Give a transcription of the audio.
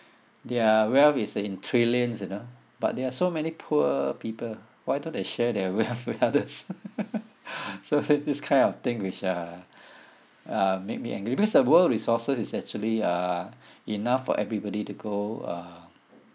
their wealth is in trillions you know but there are so many poor people why don't they share their wealth with others so this kind of thing which uh uh make me angry because the world resources is actually uh enough for everybody to go uh